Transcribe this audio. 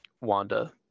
Wanda